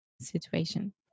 situation